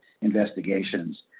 investigations